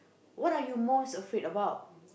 what you most afraid about